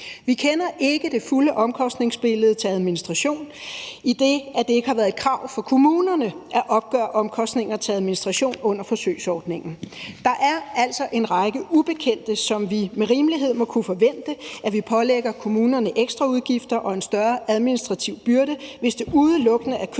Vi kender ikke det fulde omkostningsbillede til administration, idet det ikke har været et krav for kommunerne at opgøre omkostninger til administration under forsøgsordningen. Der er altså en række ubekendte, som vi med rimelighed må kunne forvente vi pålægger kommunerne ekstraudgifter for og en større administrativ byrde i forbindelse med, hvis det udelukkende er kørsel